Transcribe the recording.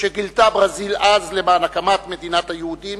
שגילתה ברזיל אז למען הקמת מדינת היהודים,